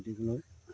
গতিকলৈ